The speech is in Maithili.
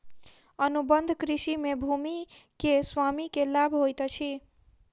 अनुबंध कृषि में भूमि के स्वामी के लाभ होइत अछि